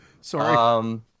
Sorry